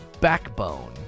Backbone